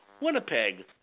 Winnipeg